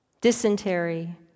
dysentery